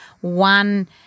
one